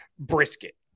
brisket